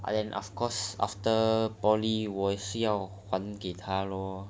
and then of course after poly 我也是要还给他 lor